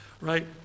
Right